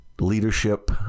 leadership